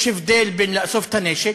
יש הבדל בין לאסוף את הנשק,